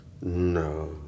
No